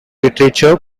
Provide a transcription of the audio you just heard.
literature